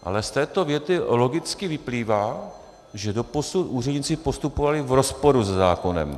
Ale z této věty logicky vyplývá, že doposud úředníci postupovali v rozporu se zákonem.